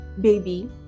baby